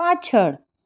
પાછળ